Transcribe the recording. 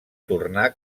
tornar